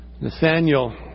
Nathaniel